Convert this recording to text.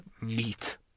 meat